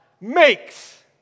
makes